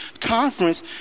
conference